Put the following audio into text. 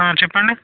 చెప్పండి